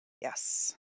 Yes